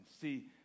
See